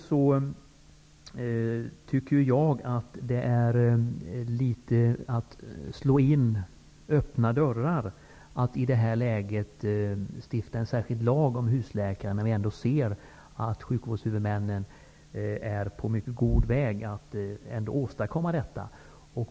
Jag tycker därför att det är litet av att slå in öppna dörrar, om man i det här läget stiftar en särskild lag om husläkare, när vi ser att huvudmännen för sjukvården är på mycket god väg att ändå åstadkomma detta.